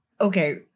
okay